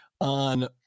on